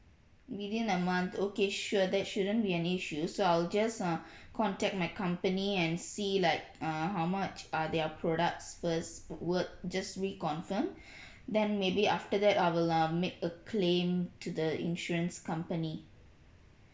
within a month okay sure that shouldn't be an issue so I'll just uh contact my company and see like uh how much are their products first would just reconfirm then maybe after that I will um make a claim to the insurance company